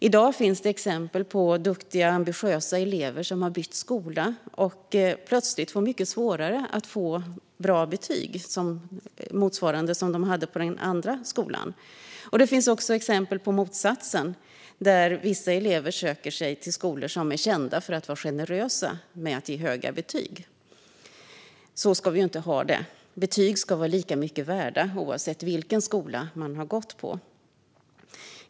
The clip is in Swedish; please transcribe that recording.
I dag finns det exempel på duktiga, ambitiösa elever som har bytt skola och plötsligt har fått mycket svårare att få lika bra betyg som på den gamla skolan. Det finns också exempel på det motsatta, att vissa elever söker sig till skolor som är kända för att vara generösa med att ge höga betyg. Så ska vi inte ha det. Betyg ska vara lika mycket värda, oavsett vilken skola man har gått på.